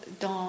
dans